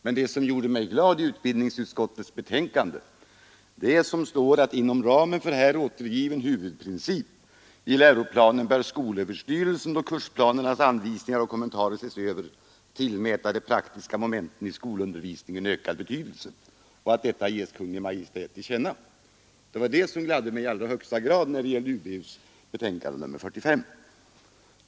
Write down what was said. Men det som gjorde mig glad i utbildningsutskottets betänkande var följande passus: ”Inom ramen för här återgiven huvudprincip i läroplanen bör skolöverstyrelsen då kursplanernas anvisningar och kommentarer ses över tillmäta de praktiska momenten i skolundervisningen ökad betydelse, ———” och att detta ges Kungl. Maj:t till känna. Det var alltså detta som gladde mig i allra högsta grad när det gällde utbildningsutskottets betänkande nr 45.